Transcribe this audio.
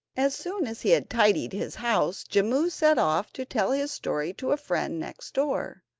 as soon as he had tidied his house, jimmu set off to tell his story to a friend next door.